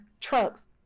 trucks